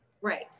Right